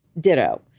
ditto